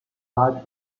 light